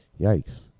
yikes